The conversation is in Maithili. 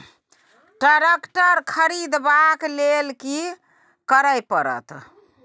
ट्रैक्टर खरीदबाक लेल की करय परत?